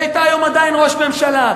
היום היא עדיין היתה ראש ממשלה.